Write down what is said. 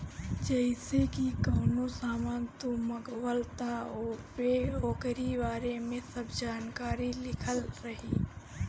जइसे की कवनो सामान तू मंगवल त ओपे ओकरी बारे में सब जानकारी लिखल रहि